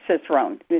Cicerone